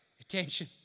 Attention